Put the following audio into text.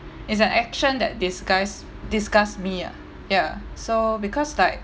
is an action that disguise disgust me ah ya so because like